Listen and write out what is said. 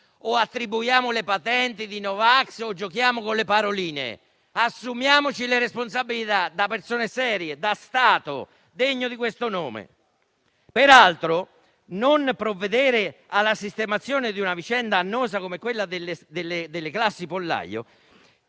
attribuire patenti di no vax o giocare con le paroline: assumiamoci le responsabilità, da persone serie, da Stato degno di questo nome! Peraltro, non provvedere alla sistemazione di una vicenda annosa come quella delle classi pollaio